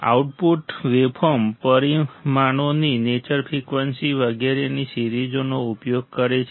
output waveform પરિમાણોની nature frequency વગેરેની સિરીઝનો ઉપયોગ કરે છે